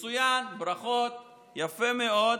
מצוין, ברכות, יפה מאוד.